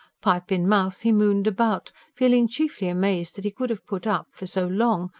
pipe in mouth he mooned about, feeling chiefly amazed that he could have put up, for so long,